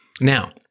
Now